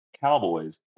Cowboys